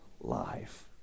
life